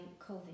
COVID